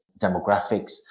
demographics